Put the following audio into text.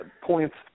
points